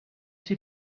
see